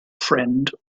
friend